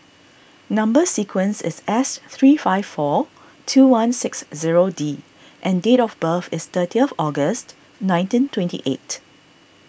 Number Sequence is S three five four two one six zero D and date of birth is thirty of August nineteen twenty eight